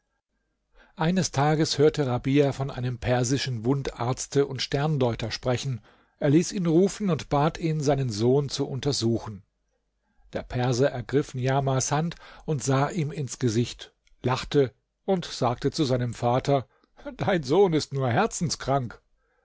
eines tages hörte rabia von einem persischen wundarzte und sterndeuter sprechen er ließ ihn rufen und bat ihn seinen sohn zu untersuchen der perser ergriff niamahs hand und sah ihm ins gesicht lachte und sagte zu seinem vater dein sohn ist nur herzenskrank